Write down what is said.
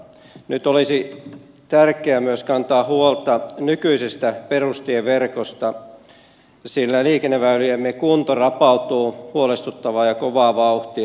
nyt olisi tärkeää kantaa huolta myös nykyisestä perustieverkosta sillä liikenneväyliemme kunto rapautuu huolestuttavaa ja kovaa vauhtia